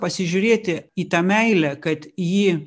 pasižiūrėti į tą meilę kad ji